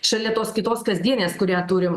šalia tos kitos kasdienės kurią turim